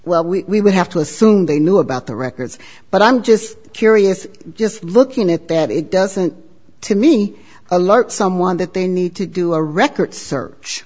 well we would have to assume they knew about the records but i'm just curious just looking at that it doesn't to me alert someone that they need to do a record search